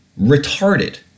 retarded